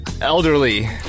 Elderly